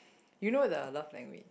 you know the love language